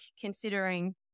considering